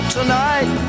tonight